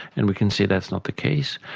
and we can see that's not the case.